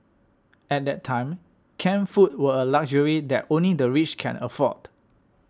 at that time canned foods were a luxury that only the rich could afford